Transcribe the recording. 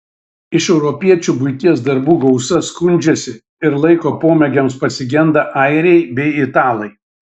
iš europiečių buities darbų gausa skundžiasi ir laiko pomėgiams pasigenda airiai bei italai